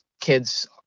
kids